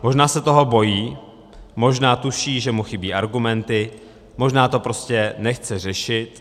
Možná se toho bojí, možná tuší, že mu chybí argumenty, možná to prostě nechce řešit.